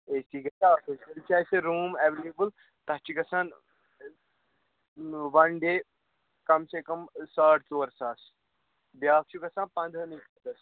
اَے C گَژِھا آسُن تیٚلہِ چھِ اَسہِ روٗم ایٚولیبُل تَتھ چھِ گَژھان وَن ڈیے کم سے کم ساڑ ژور ساس بیٛاکھ چھُ گَژِھان پنٛداہنٕے